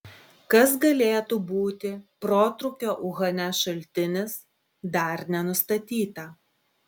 kas galėtų būti protrūkio uhane šaltinis dar nenustatyta